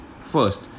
first